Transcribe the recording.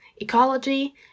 ecology